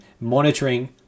monitoring